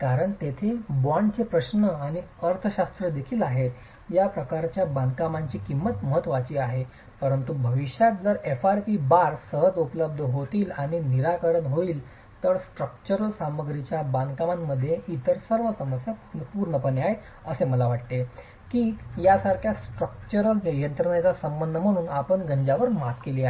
कारण तेथे बाँडचे प्रश्न आणि अर्थशास्त्र देखील आहेत या प्रकारच्या बांधकामाची किंमत ही महत्त्वाची आहे परंतु भविष्यात जर FRP बार सहज उपलब्ध होतील आणि निराकरण होईल तर स्ट्रक्चरल सामग्रीच्या बांधकामामध्ये इतर सर्व समस्या पूर्णपणे आहेत मला असे वाटते की यासारख्या स्ट्रक्चरल यंत्रणेचा संबंध म्हणून आपण गंजवर मात केली आहे